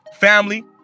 family